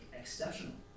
exceptional